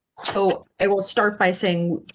so, it will start by saying,